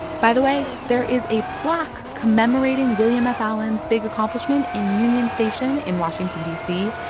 by the way, there is a plaque commemorating william f. allen's big accomplishment in union station in washington, d c.